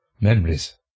memories